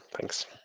Thanks